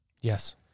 Yes